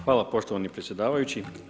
Hvala poštovani predsjedavajući.